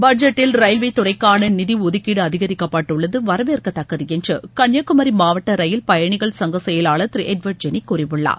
பட்ஜெட்டில் ரயில்வே துறைக்காள நிதி ஒதுக்கீடு அதிகரிக்கப்பட்டுள்ளது வரவேற்கத்தக்கது என்று கன்னியாகுமரி மாவட்ட ரயில் பயணிகள் சங்க செயலாளர் திரு எட்வா்ட் ஜெனி கூறியுள்ளார்